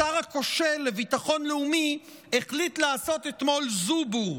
השר הכושל לביטחון הלאומי החליט לעשות אתמול זובור.